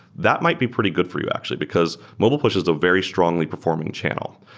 that might be pretty good for you actually, because mobile push is a very strongly performing channel.